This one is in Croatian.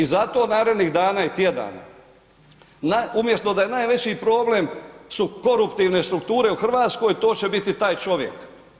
I zato narednih dana i tjedana umjesto da je najveći problem su koruptivne strukture u Hrvatskoj, to će biti taj čovjek.